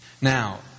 Now